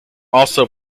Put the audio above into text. also